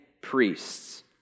priests